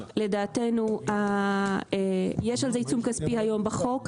לדעתנו יש על זה עיצום כספי היום בחוק,